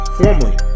formerly